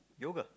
yoga